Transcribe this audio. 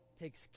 takes